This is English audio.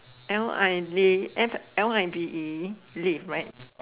L I V F L I V E live right